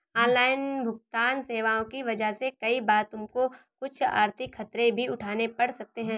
online भुगतन्न सेवाओं की वजह से कई बार तुमको कुछ आर्थिक खतरे भी उठाने पड़ सकते हैं